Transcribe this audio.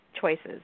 choices